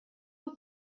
del